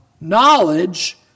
knowledge